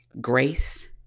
grace